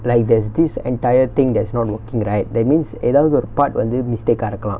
like there's this entire thing that's not working right that means எதாவது ஒரு:ethavathu oru part வந்து:vanthu mistake ah இருக்கலா:irukkalaa